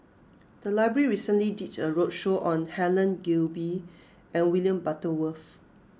the library recently did a roadshow on Helen Gilbey and William Butterworth